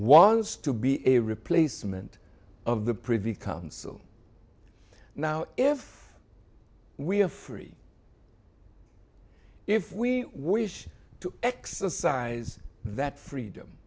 wants to be a replacement of the privy council now if we are free if we wish to exercise that freedom